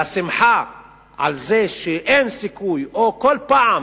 והשמחה על זה שאין סיכוי, או, כל פעם